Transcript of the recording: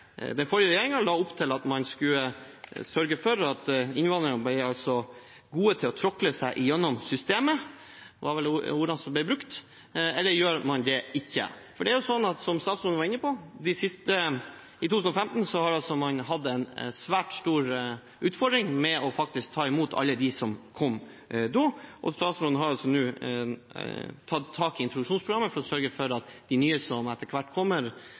den forrige regjeringen la opp til at man skulle sørge for at innvandrerne ble «gode til å tråkle seg gjennom det norske systemet» – det var vel ordene som ble brukt – eller om han ikke gjør det. Som statsråden var inne på, fikk vi i 2015 en svært stor utfordring med å ta imot alle som kom. Statsråden har altså nå tatt tak i introduksjonsprogrammet for å sørge for at de nye som etter hvert kommer,